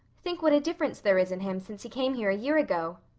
think what a difference there is in him since he came here a year ago.